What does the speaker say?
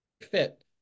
fit